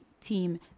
team